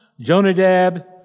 Jonadab